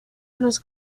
los